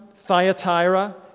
Thyatira